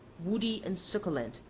woody and succulent,